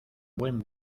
buen